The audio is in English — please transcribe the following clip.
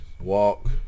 walk